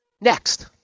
Next